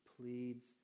pleads